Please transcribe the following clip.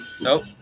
Nope